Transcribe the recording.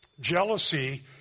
jealousy